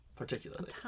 Particularly